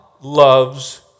loves